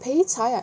peicai ah